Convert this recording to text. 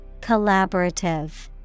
Collaborative